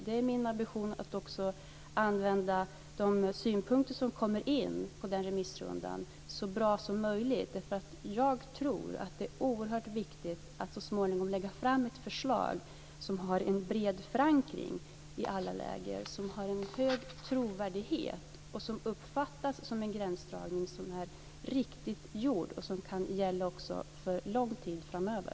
Det är min ambition att också använda de synpunkter som kommer in genom den remissrundan så bra som möjligt. Jag tror att det är oerhört viktigt att så småningom lägga fram ett förslag som har en bred förankring i alla läger, som har en hög trovärdighet, som uppfattas som en gränsdragning som är riktigt gjord och som kan gälla för lång tid framöver.